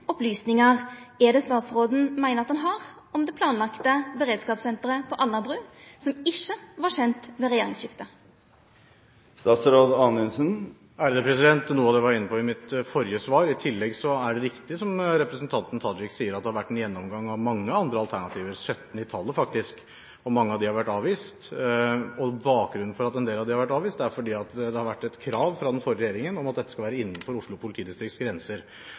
er det statsråden meiner at han har om det planlagde beredskapssenteret på Alnabru, som ikkje var kjende ved regjeringsskiftet? Noe av det var jeg inne på i mitt forrige svar. I tillegg er det riktig, som representanten Tajik sier, at det har vært en gjennomgang av mange andre alternativer – 17 i tallet, faktisk – og mange av dem har vært avvist. Bakgrunnen for at en del av dem har vært avvist, er at det har vært et krav fra den forrige regjeringen at det skal være innenfor Oslo politidistrikts grenser.